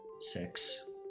six